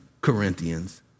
Corinthians